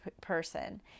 person